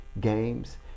games